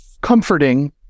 comforting